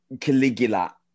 caligula